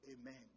Amen